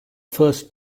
first